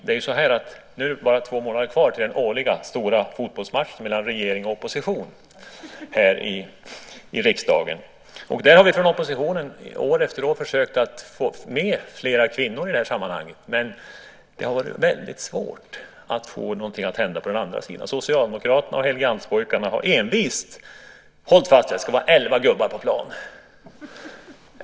Nu är det bara två månader kvar till den årliga stora fotbollsmatchen mellan regeringen och oppositionen här i riksdagen. Vi i oppositionen har år efter år försökt att få med fler kvinnor i det här sammanhanget, men det har varit väldigt svårt att få någonting att hända på den andra sidan. Socialdemokraterna och Helgeandspojkarna har envist hållit fast vid att det ska vara elva gubbar på plan.